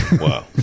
wow